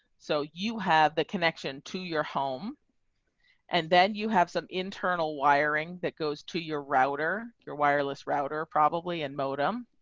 so you have the connection to your home and then you have some internal wiring that goes to your router your wireless router probably and modem.